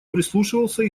прислушивался